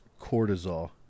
cortisol